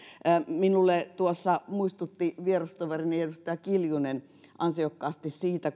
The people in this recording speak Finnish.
minulle tuossa muistutti vierustoverini edustaja anneli kiljunen ansiokkaasti siitä